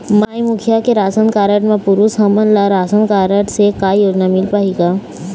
माई मुखिया के ration card म पुरुष हमन ला रासनकारड से का योजना मिल पाही का?